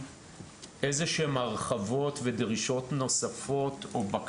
ובו איזה שהן הרחבות ובקשות נוספות,